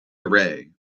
array